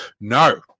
no